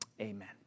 Amen